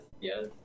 yes